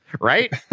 right